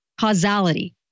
causality